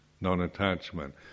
non-attachment